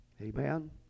Amen